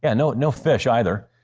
and no no fish either.